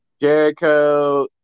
Jericho